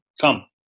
Come